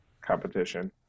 competition